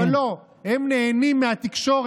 אבל לא, הם נהנים מהתקשורת,